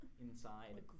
inside